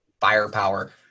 firepower